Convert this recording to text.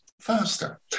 faster